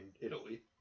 Italy